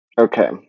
Okay